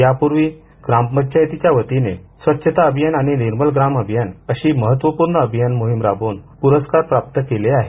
यापूर्वी ग्रामपंचायतीच्या वतीने याआधी स्वच्छता अभियान आणि निर्मल ग्राम अभियान अशी महत्वपूर्ण अभियान मोहीम राबवून प्रस्कार प्राप्त केले आहेत